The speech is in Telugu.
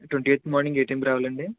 ట్వంటీ ఎయిత్ మార్నింగ్ ఏ టైమ్కి రావాలండి